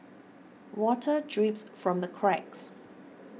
water drips from the cracks